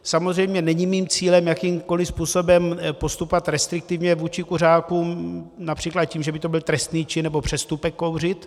Samozřejmě není mým cílem jakýmkoli způsobem postupovat restriktivně vůči kuřákům například tím, že by to byl trestný čin nebo přestupek kouřit.